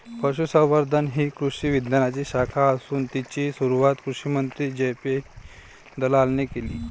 पशुसंवर्धन ही कृषी विज्ञानाची शाखा असून तिची सुरुवात कृषिमंत्री जे.पी दलालाने केले